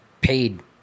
paid